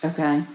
Okay